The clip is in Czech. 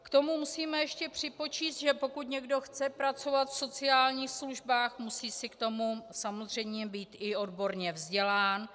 K tomu musíme ještě připočíst, že pokud někdo chce pracovat v sociálních službách, musí k tomu samozřejmě být i odborně vzdělán.